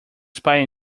expire